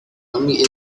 only